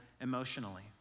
emotionally